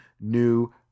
new